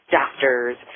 doctors